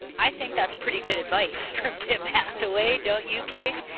i think that's pretty good advice from tim hathaway don't you casey?